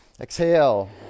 Exhale